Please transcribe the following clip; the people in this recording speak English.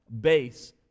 base